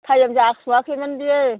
time जाथ'वाखैमोन बेयो